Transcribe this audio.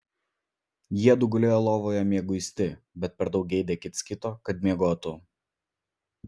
jiedu gulėjo lovoje mieguisti bet per daug geidė kits kito kad miegotų